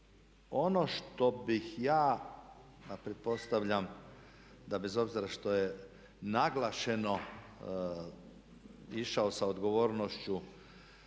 Ono što bih ja a pretpostavljam da bez obzira što je naglašeno išao sa odgovornošću